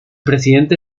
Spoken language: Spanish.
presidente